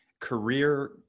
career